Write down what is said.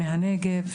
מהנגב,